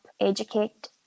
educate